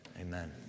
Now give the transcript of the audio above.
amen